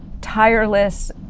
tireless